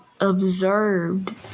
observed